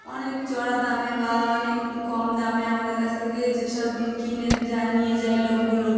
অনেক চড়া দামে বা অনেক কম দামে আমাদের কাছ থেকে যেসব কিনে যা নিয়ে যায় লোকগুলো